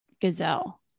gazelle